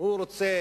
הוא רוצה